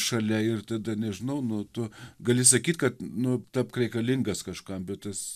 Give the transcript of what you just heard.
šalia ir tada nežinau nu tu gali sakyt kad nu tapk reikalingas kažkam bet tas